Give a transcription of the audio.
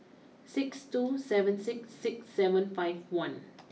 six two seven six six seven five one